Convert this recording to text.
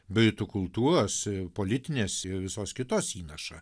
britų kultūros politinės ir visos kitos įnašą